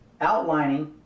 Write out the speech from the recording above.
outlining